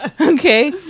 okay